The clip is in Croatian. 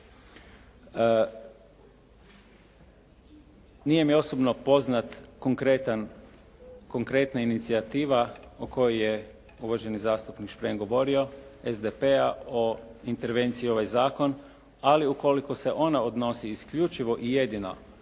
Nije mi osobno poznat konkretna inicijativa o kojoj je uvaženi zastupnik Šprem govorio, SDP-a o intervenciji u ovaj zakon, ali ukoliko se ona odnosi isključivo i jedino